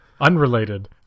Unrelated